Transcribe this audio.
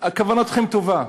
כוונתכם טובה,